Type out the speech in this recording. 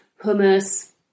hummus